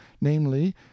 namely